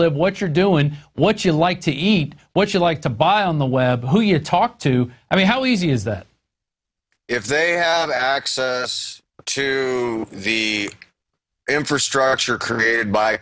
live what you're doing what you like to eat what you like to buy on the web who you talk to i mean how easy is that if they have access to the infrastructure created by